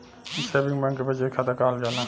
saving bank के बचत खाता कहल जाला